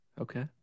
Okay